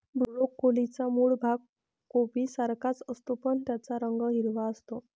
ब्रोकोलीचा मूळ भाग कोबीसारखाच असतो, पण त्याचा रंग हिरवा असतो